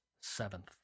seventh